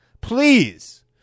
please